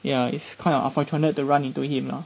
ya it's kind of unfortunate to run into him lah